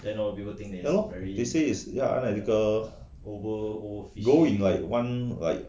ya lor they say is unethical go in one like